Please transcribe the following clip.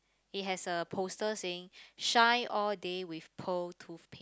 it has a poster saying shine all day with pearl toothpaste